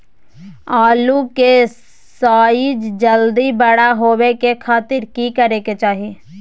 आलू के साइज जल्दी बड़ा होबे के खातिर की करे के चाही?